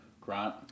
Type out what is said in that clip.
Grant